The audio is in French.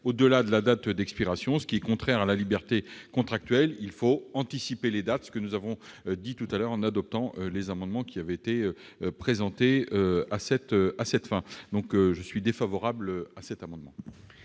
au-delà de la date d'expiration, ce qui est contraire à la liberté contractuelle, il faut anticiper les dates, ce que nous avons fait tout à l'heure, en adoptant des amendements en ce sens. Le Gouvernement est donc défavorable à ces amendements.